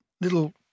little